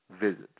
visits